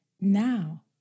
Now